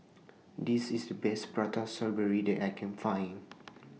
This IS The Best Prata Strawberry that I Can Find